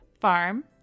farm